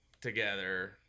together